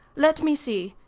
let me see.